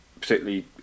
particularly